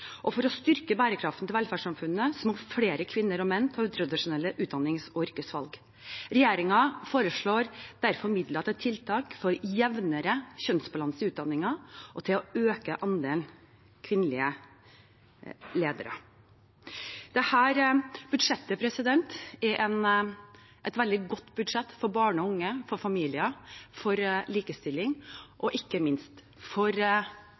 og for å styrke bærekraften til velferdssamfunnet må flere kvinner og menn ta utradisjonelle utdannings- og yrkesvalg. Regjeringen foreslår derfor midler til tiltak for en jevnere kjønnsbalanse i utdanninger og til å øke andelen kvinnelige ledere. Dette budsjettet er et veldig godt budsjett for barn og unge, for familier, for likestilling og ikke minst for